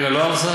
רגע, לא הרסה?